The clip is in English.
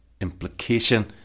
implication